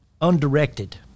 undirected